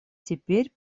теперь